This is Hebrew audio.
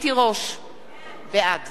בעד תודה.